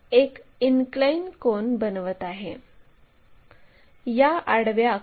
प्रथम एक XY line काढा X अक्ष Y अक्ष